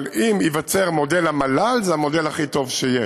אבל אם ייווצר מודל המל"ל, זה המודל הכי טוב שיש: